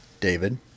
David